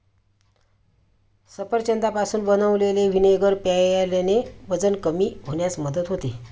सफरचंदापासून बनवलेले व्हिनेगर प्यायल्याने वजन कमी होण्यास मदत होते